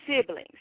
siblings